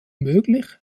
möglich